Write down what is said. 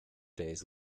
days